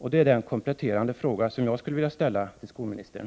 Det är den kompletterande fråga jag skulle vilja ställa till skolministern.